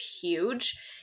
huge